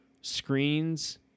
screens